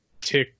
tick